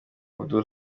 abdul